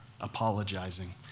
apologizing